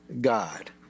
God